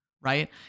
right